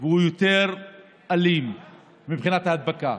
הוא יותר אלים מבחינת ההדבקה,